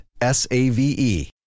S-A-V-E